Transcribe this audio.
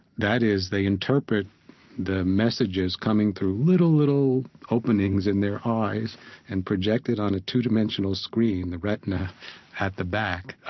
that is, they interpret the messages coming through little, little openings in their eyes and project it on a two-dimensional screen, the retina at the back,